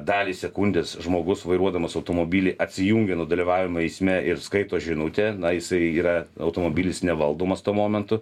dalį sekundės žmogus vairuodamas automobilį atsijungia nuo dalyvavimo eisme ir skaito žinutę na jisai yra automobilis nevaldomas tuo momentu